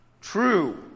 true